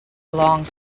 along